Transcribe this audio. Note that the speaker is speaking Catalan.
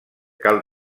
cal